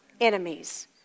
enemies